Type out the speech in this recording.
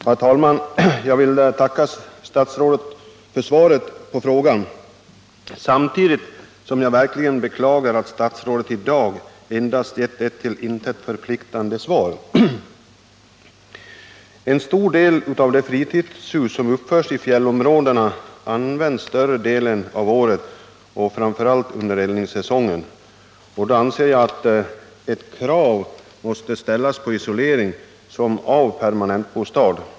Herr talman! Jag vill tacka statsrådet för svaret på frågan, samtidigt som jag verkligen beklagar att statsrådet i dag endast givit ett till intet förpliktande svar. En större del av de fritidshus som uppförs i fjällområdena används större delen av året, framför allt under eldningssäsongen. Då anser jag att krav måste ställas på isolering som av permanentbostad.